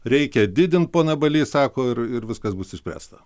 reikia didint pone baly sako ir viskas bus išspręsta